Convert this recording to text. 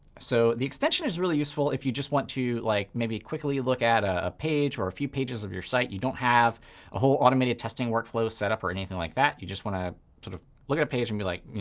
so the extension is really useful if you just want to like maybe quickly look at a a page or a few pages of your site. you don't have a whole automated testing workflow setup or anything like that. you just want to sort of look at a page and be like,